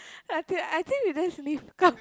I think I think you just leave come